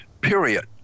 period